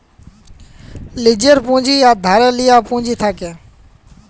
লীজের পুঁজি আর ধারে লিয়া পুঁজি থ্যাকে